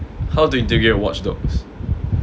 how to integrate watchdogs